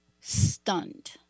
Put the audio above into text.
stunned